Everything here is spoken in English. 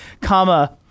comma